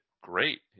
great